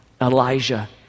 Elijah